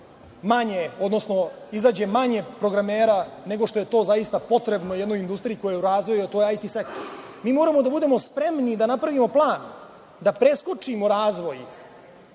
manje, odnosno izađe manje programera nego što je to zaista potrebno jednoj industriji koja je u razvoju, a to je IT sektor. Mi moramo da budemo spremni da napravimo plan, da preskočimo razvoj